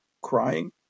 crying